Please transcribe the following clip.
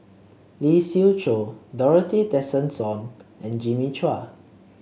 Lee Siew Choh Dorothy Tessensohn and Jimmy Chua